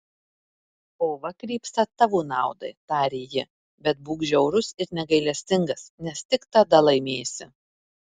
kova krypsta tavo naudai tarė ji bet būk žiaurus ir negailestingas nes tik tada laimėsi